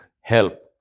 help